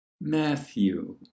Matthew